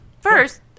first